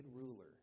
ruler